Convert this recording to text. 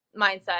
mindset